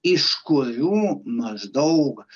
iš kurių maždaug